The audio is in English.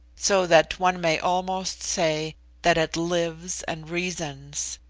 so that one may almost say that it lives and reasons.